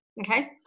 Okay